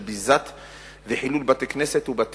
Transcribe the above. של ביזה וחילול של בתי-כנסת ובתי-עלמין,